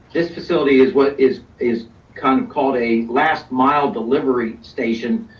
this facility is what is is kind of called a last mile delivery station.